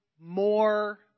more